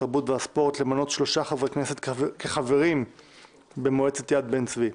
התרבות והספורט למנות שלושה חברי כנסת כחברים במועצת יד בן-צבי.